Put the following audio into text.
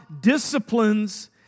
disciplines